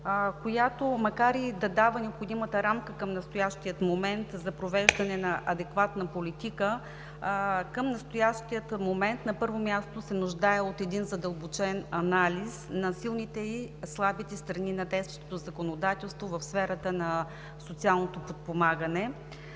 която макар и да дава необходимата рамка към настоящия момент за провеждане на адекватна политика, към момента, на първо място, се нуждае от един задълбочен анализ на силните и слабите страни на действащото законодателство в сферата на социалното подпомагане.